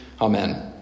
Amen